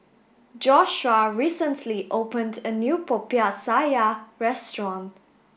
Joshua recently opened a new Popiah Sayur restaurant